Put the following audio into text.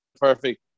perfect